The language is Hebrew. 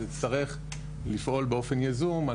אז יצטרך לפעול באופן יזום,